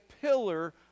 pillar